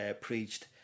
preached